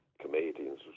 comedians